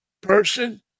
person